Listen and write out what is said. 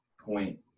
point